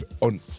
on